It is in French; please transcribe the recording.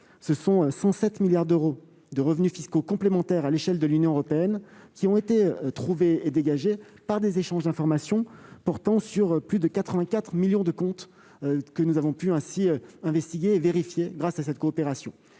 ce sont 107 milliards d'euros de revenus fiscaux complémentaires à l'échelle de l'Union européenne qui ont été trouvés et dégagés par des échanges d'informations portant sur plus de 84 millions de comptes que nous avons pu ainsi investiguer et vérifier. Il y aurait